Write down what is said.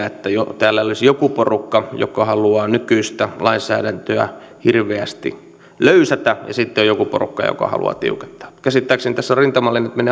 että täällä olisi joku porukka joka haluaa nykyistä lainsäädäntöä hirveästi löysätä ja sitten on joku porukka joka haluaa tiukentaa käsittääkseni tässä rintamalinjat menevät